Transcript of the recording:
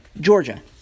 Georgia